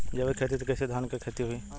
जैविक खेती से कईसे धान क खेती होई?